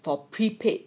for prepaid